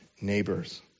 neighbors